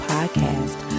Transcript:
Podcast